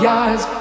eyes